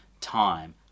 time